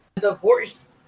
Divorce